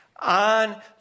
On